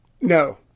No